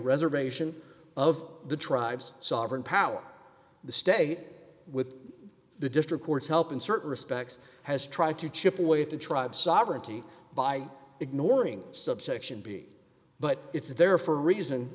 reservation of the tribes sovereign power the stay with the district court's help in certain respects has tried to chip away at the tribe sovereignty by ignoring subsection b but it's there for a reason